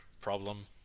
problem